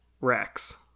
Rex